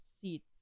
seats